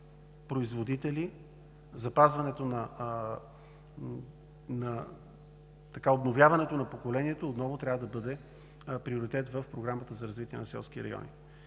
производители, обновяването на поколението отново трябва да бъде приоритет в Програмата за развитие на селските райони.